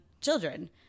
children